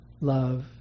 love